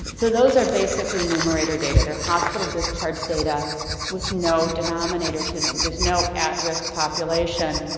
and so those are basically numerator data. they're hospital discharge data with no denominator to them. there's no at-risk population.